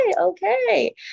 okay